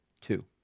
two